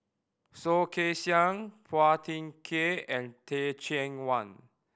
Soh Kay Siang Phua Thin Kiay and Teh Cheang Wan